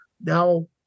Now